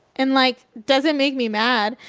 and like, does it make me mad?